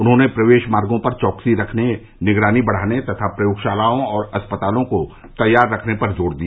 उन्होंने प्रवेश मार्गो पर चौकसी रखने निगरानी बढ़ाने तथा प्रयोगशालाओं और अस्पतालों को तैयार रखने पर ज़ोर दिया